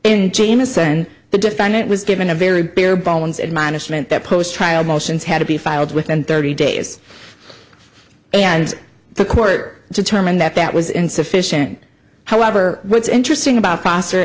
in jamieson the defendant was given a very barebones admonishment that post trial motions had to be filed within thirty days and the court determined that that was insufficient however what's interesting about foster